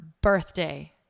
birthday